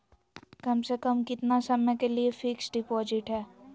कम से कम कितना समय के लिए फिक्स डिपोजिट है?